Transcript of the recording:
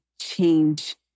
change